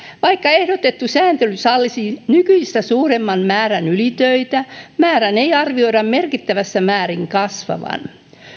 vaikka ehdotettu sääntely sallisi nykyistä suuremman määrän ylitöitä määrän ei arvioida merkittävässä määrin kasvavan